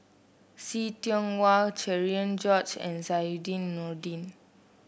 See Tiong Wah Cherian George and Zainudin Nordin